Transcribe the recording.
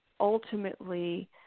ultimately